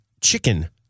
chicken